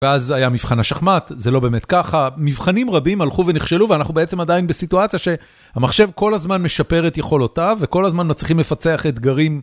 ואז היה מבחן השחמט, זה לא באמת ככה. מבחנים רבים הלכו ונכשלו ואנחנו בעצם עדיין בסיטואציה שהמחשב כל הזמן משפר את יכולותיו וכל הזמן צריכים לפצח אתגרים.